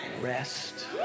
rest